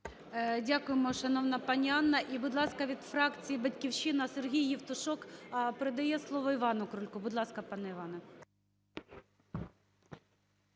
Дякуємо, шановна пані Анна. І, будь ласка, від фракції "Батьківщина" Сергій Євтушок передає слово Івану Крульку. Будь ласка, пане Іване.